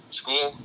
school